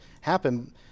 happen